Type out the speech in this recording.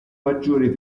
maggiore